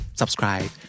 subscribe